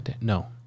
No